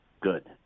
good